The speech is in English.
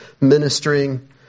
ministering